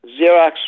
Xerox